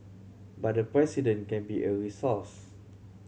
but the President can be a resource